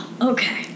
okay